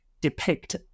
depict